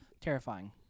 Terrifying